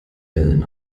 wellen